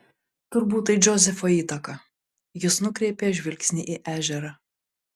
turbūt tai džozefo įtaka jis nukreipė žvilgsnį į ežerą